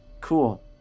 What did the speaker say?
Cool